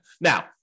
Now